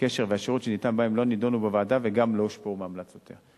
הקשר והשירות שניתן בהם לא נדונו בוועדה וגם לא הושפעו מהמלצותיה.